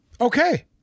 Okay